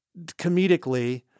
comedically